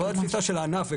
עוד תפיסה של הענף,